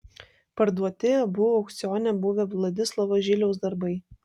parduoti abu aukcione buvę vladislovo žiliaus darbai